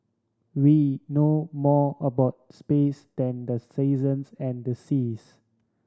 we know more about space than the seasons and the seas